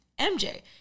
MJ